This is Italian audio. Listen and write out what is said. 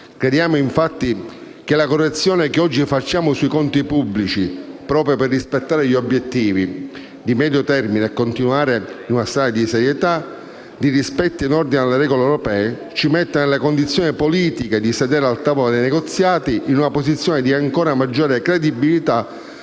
Crediamo che la correzione che oggi facciamo sui conti pubblici, proprio per rispettare gli obiettivi di medio termine e continuare in una strada di serietà, di rispetto in ordine alle regole europee, ci metta nella condizione politica di sedere al tavolo dei negoziati in una posizione di ancora maggiore credibilità